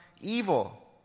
evil